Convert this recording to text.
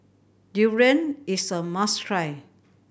durian is a must try